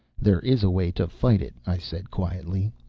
there is a way to fight it, i said quietly.